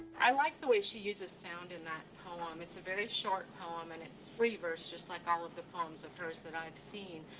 i like the way she uses sound in that poem. it's a very short poem and it's free verse, just like all of the poems of hers that i've seen.